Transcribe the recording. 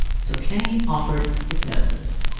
so kenney offered hypnosis.